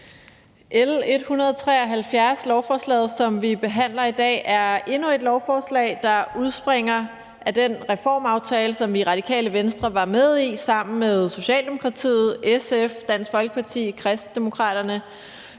tak. Lovforslaget L 173, som vi behandler i dag, er endnu et lovforslag, der udspringer af den reformaftale, som vi i Radikale Venstre var med i sammen med Socialdemokratiet, SF, Dansk Folkeparti og Kristendemokraterne,